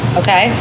okay